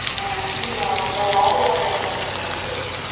and females know all the other animals in their groups.